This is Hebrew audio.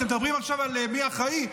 אתם מדברים עכשיו על מי אחראי?